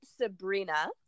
Sabrina